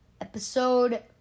Episode